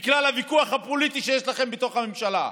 בגלל הוויכוח הפוליטי שיש לכם בתוך הממשלה.